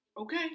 Okay